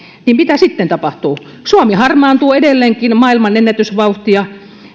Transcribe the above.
niin mitä sitten tapahtuu suomi harmaantuu edelleenkin maailmanennätysvauhtia